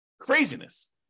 Craziness